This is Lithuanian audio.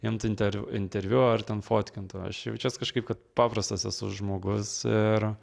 imtų inter interviu ar ten fotkintų aš jaučiuos kažkaip kad paprastas esu žmogus ir